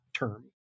Term